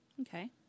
Okay